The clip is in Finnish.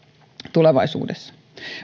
tulevaisuudessa